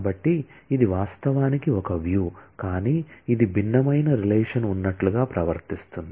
కాబట్టి ఇది వాస్తవానికి ఒక వ్యూ కానీ ఇది భిన్నమైన రిలేషన్ ఉన్నట్లుగా ప్రవర్తిస్తుంది